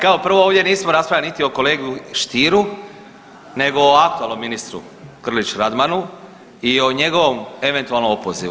Kao prvo ovdje nismo raspravljali niti o kolegi Stieru, nego o aktualnom ministru Grlić Radmanu i o njegovom eventualno opozivu.